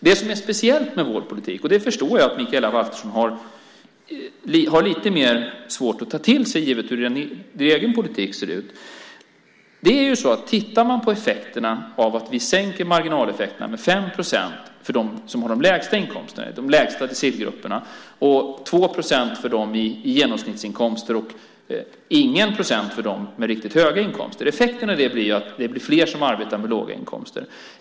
Det som är speciellt med vår politik, och det förstår jag att Mikaela Valtersson har svårt att ta till sig givet hur den egna politiken ser ut, är att effekterna av att vi sänker marginaleffekterna med 5 procent för dem som har de lägsta inkomsterna i de lägsta decilgrupperna, 2 procent för dem som har genomsnittsinkomster och ingen procent för dem med riktigt höga inkomster blir att det blir fler som arbetar med låga inkomster.